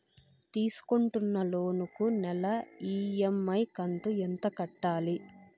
తీసుకుంటున్న లోను కు నెల ఇ.ఎం.ఐ కంతు ఎంత కట్టాలి?